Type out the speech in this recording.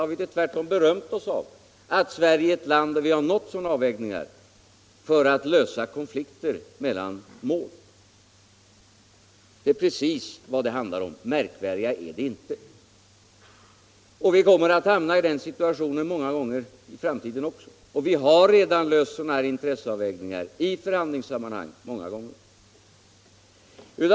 Har vi inte tvärtom berömt oss av att Sverige är ett land där man har uppnått sådana avvägningar för att lösa konflikter mellan olika mål? Detta är precis vad det handlar om. Märkvärdigare är det inte. Och vi kommer att hamna i den situationen många gånger i framtiden också. Vi har redan klarat många sådana här intresseavvägningar i förhandlingssammanhang.